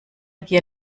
gier